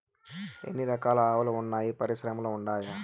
ఎన్ని రకాలు ఆవులు వున్నాయి పరిశ్రమలు ఉండాయా?